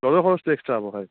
ল'জৰ খৰচটো এক্সট্ৰা হ'ব হয়